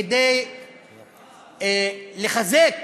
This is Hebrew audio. כדי לחזק